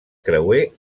creuer